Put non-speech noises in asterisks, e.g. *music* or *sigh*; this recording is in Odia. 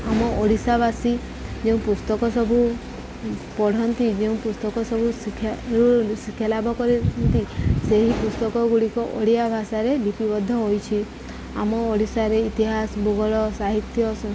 ଆମ ଓଡ଼ିଶାବାସୀ ଯେଉଁ ପୁସ୍ତକ ସବୁ ପଢ଼ନ୍ତି ଯେଉଁ ପୁସ୍ତକ ସବୁ ଶିକ୍ଷା *unintelligible* ଶିକ୍ଷା ଲାଭ କରିନ୍ତି ସେହି ପୁସ୍ତକଗୁଡ଼ିକ ଓଡ଼ିଆ ଭାଷାରେ ଲିପିବଦ୍ଧ ହୋଇଛି ଆମ ଓଡ଼ିଶାରେ ଇତିହାସ ଭୂଗୋଳ ସାହିତ୍ୟ